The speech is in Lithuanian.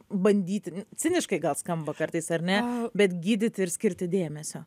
bandyti ciniškai gal skamba kartais ar ne bet gydyti ir skirti dėmesio